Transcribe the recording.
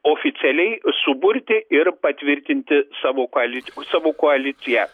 oficialiai suburti ir patvirtinti savo koali savo koaliciją